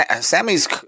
Sammy's